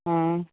आं